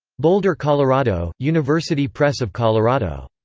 boulder, colorado university press of colorado.